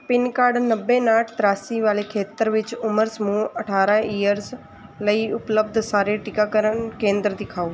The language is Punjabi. ਪਿੰਨ ਕਾਡ ਨੱਬੇ ਉਣਾਹਠ ਤਰਾਸੀ ਵਾਲੇ ਖੇਤਰ ਵਿੱਚ ਉਮਰ ਸਮੂਹ ਅਠਾਰਾਂ ਈਅਰਸ ਲਈ ਉਪਲਬਧ ਸਾਰੇ ਟੀਕਾਕਰਨ ਕੇਂਦਰ ਦਿਖਾਓ